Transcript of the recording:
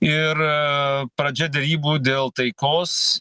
ir pradžia derybų dėl taikos